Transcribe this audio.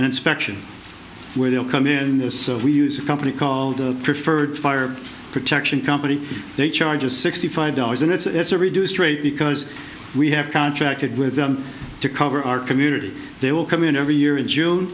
inspection where they'll come in so we use a company called the preferred fire protection company they charge a sixty five dollars and it's a reduced rate because we have contracted with them to cover our community they will come in every year in june